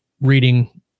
reading